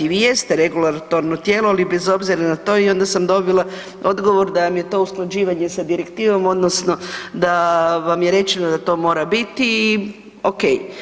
Vi jeste regulatorno tijelo, ali bez obzira na to i onda sam dobila odgovor da vam je to usklađivanje sa direktivom odnosno da vam je rečeno da to mora biti i ok.